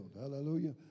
Hallelujah